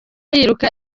yiruka